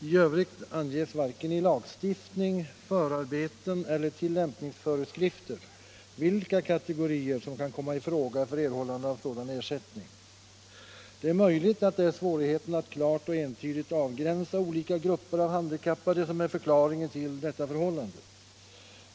I övrigt anges varken i lagstiftningen, förarbeten eller tillämpningsföreskrifter vilka kategorier som kan komma i fråga för erhållande av sådan ersättning. Det är möjligt att det är svårigheten att klart och entydigt avgränsa olika grupper av handikappade som är förklaringen till detta förhållande.